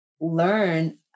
learn